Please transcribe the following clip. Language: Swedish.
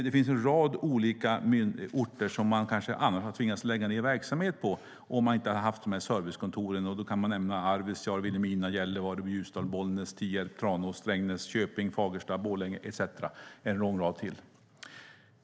Det finns en rad olika orter där man kanske annars hade tvingats ned verksamheten, om man inte hade haft de här servicekontoren. Då kan man nämna Arvidsjaur, Vilhelmina, Gällivare, Ljusdal, Bollnäs, Tierp, Tranås, Strängnäs, Köping, Fagersta, Borlänge etcetera - det är en lång rad till.